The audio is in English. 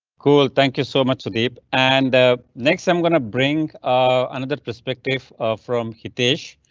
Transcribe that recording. cool, thank you so much babe and ah next i'm gonna bring a another perspective from hitesh.